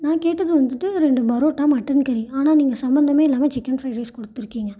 நான் கேட்டது வந்துவிட்டு ரெண்டு பரோட்டா மட்டன் கறி ஆனால் நீங்க சம்பந்தமே இல்லாமல் சிக்கன் ப்ரைட் ரைஸ் கொடுத்துருக்கீங்க